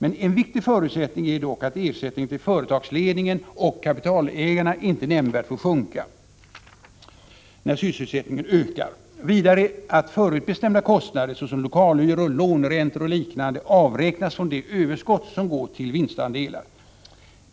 En viktig förutsättning är dock att ersättningen till företagsledningen och kapitalägarna inte nämnvärt får sjunka när sysselsättningen ökar, vidare att förutbestämda kostnader såsom lokalhyror, låneräntor och liknande avräknas från det överskott som går till vinstandelar.